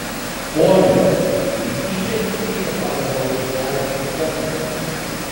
ponia jis tyčia suteikė savo balsui šaižų skambesį